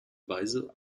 weise